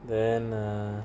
then uh